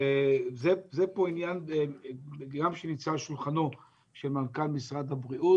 זה עניין שנמצא על שולחנו של מנכ"ל משרד הבריאות.